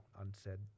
unsaid